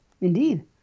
indeed